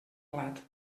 blat